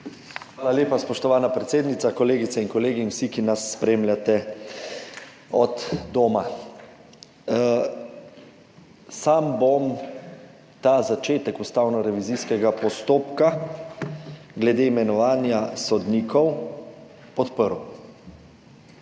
Hvala lepa, spoštovana predsednica. Kolegice in kolegi in vsi, ki nas spremljate od doma! Sam bom ta začetek ustavnorevizijskega postopka glede imenovanja sodnikov podprl.